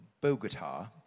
Bogota